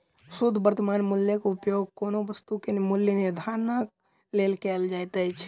शुद्ध वर्त्तमान मूल्यक उपयोग कोनो वस्तु के मूल्य निर्धारणक लेल कयल जाइत अछि